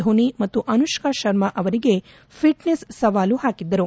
ದೋನಿ ಮತ್ತು ಅನುಷ್ನಾ ಶರ್ಮಾ ಅವರಿಗೆ ಫಿಟೈಸ್ ಸವಾಲು ಹಾಕಿದ್ದರು